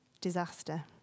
disaster